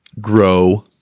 grow